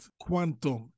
quantum